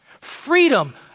freedom